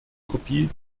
kopie